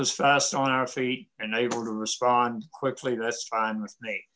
fast on our feet and able to respond quickly that's fine with me